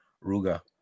ruga